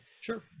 Sure